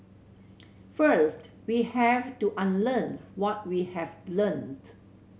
first we have to unlearn what we have learnt